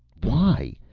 why?